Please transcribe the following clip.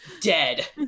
dead